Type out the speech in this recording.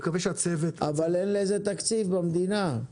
אבל אין לזה תקציב במדינה.